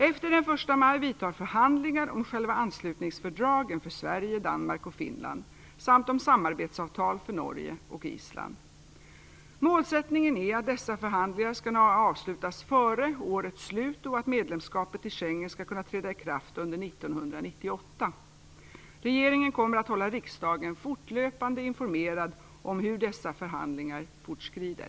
Efter den 1 maj vidtar förhandlingar om själva anslutningsfördragen för Sverige, Danmark och Finland samt om samarbetsavtal för Norge och Island. Målsättningen är att dessa förhandlingar skall kunna avslutas för årets slut och att medlemskapet i Schengensamarbetet skall kunna träda i kraft under 1998. Regeringen kommer att hålla riksdagen fortlöpande informerad om hur dessa förhandlingar fortskrider.